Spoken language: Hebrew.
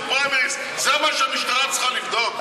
זה מה שהמשטרה צריכה לבדוק?